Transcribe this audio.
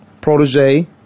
protege